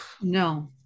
No